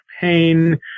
pain